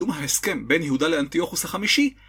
ומה ההסכם בין יהודה לאנטיוכוס החמישי?